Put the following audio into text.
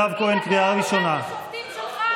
מוכן לא לבחור את השופטים שלך?